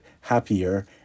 happier